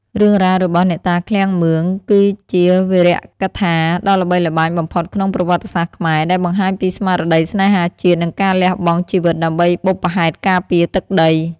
រឿងរ៉ាវរបស់ អ្នកតាឃ្លាំងមឿង គឺជាវីរកថាដ៏ល្បីល្បាញបំផុតក្នុងប្រវត្តិសាស្ត្រខ្មែរ ដែលបង្ហាញពីស្មារតីស្នេហាជាតិ និងការលះបង់ជីវិតដើម្បីបុព្វហេតុការពារទឹកដី។